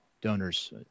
donors